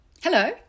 Hello